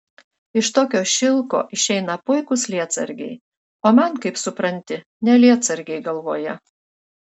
iš tokio šilko išeina puikūs lietsargiai o man kaip supranti ne lietsargiai galvoje